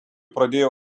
pradėjo